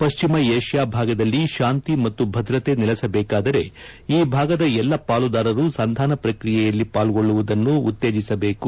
ಪಶ್ಚಿಮ ಏಷ್ಯಾ ಭಾಗದಲ್ಲಿ ಶಾಂತಿ ಮತ್ತು ಭದ್ರತೆ ನೆಲೆಸಬೇಕಾದರೆ ಈ ಭಾಗದ ಎಲ್ಲಾ ಪಾಲುದಾರರು ಸಂಧಾನ ಪ್ರಕ್ರಿಯೆಯಲ್ಲಿ ಪಾಲ್ಗೊಳ್ಳುವುದನ್ನು ಉತ್ತೇಜಿಸಬೇಕು